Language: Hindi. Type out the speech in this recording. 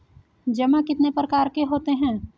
जमा कितने प्रकार के होते हैं?